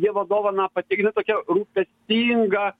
dievo dovaną pat jinai tokia rūpestinga